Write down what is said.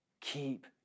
keep